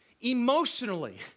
emotionally